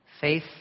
Faith